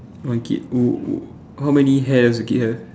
one kid oh oh how many hair does the kid have